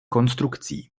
konstrukcí